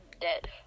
dead